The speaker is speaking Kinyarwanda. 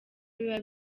biba